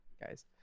guys